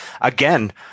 Again